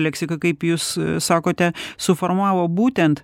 leksika kaip jus sakote suformavo būtent